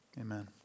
amen